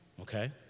okay